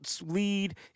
lead